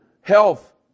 health